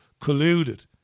colluded